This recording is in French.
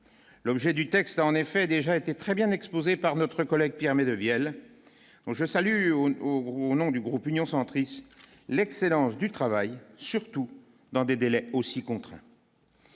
l'objet du texte en effet déjà été très bien exposé par notre collègue permet de Viel, dont je salue au niveau au nom du groupe Union centriste l'excellence du travail surtout dans des délais aussi contre.